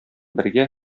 бергә